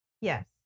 yes